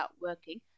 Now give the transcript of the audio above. working